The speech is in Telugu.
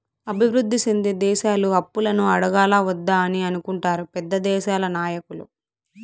అభివృద్ధి సెందే దేశాలు అప్పులను అడగాలా వద్దా అని అనుకుంటారు పెద్ద దేశాల నాయకులు